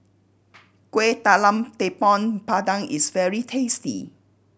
Kueh Talam Tepong Pandan is very tasty